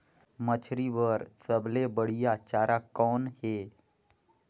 मछरी बर सबले बढ़िया चारा कौन हे?